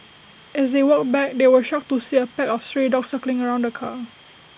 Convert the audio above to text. as they walked back they were shocked to see A pack of stray dogs circling around the car